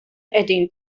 qegħdin